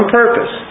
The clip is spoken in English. purpose